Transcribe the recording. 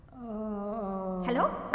Hello